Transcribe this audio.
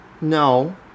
No